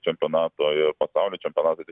čempionato ir pasaulio čempionato